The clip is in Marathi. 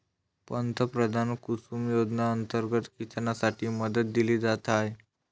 पंतप्रधान कुसुम योजना अंतर्गत सिंचनासाठी मदत दिली जात आहे